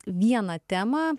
vieną temą